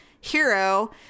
hero